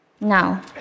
Now